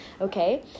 Okay